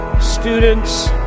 students